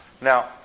Now